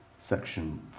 Section